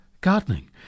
gardening